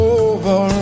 over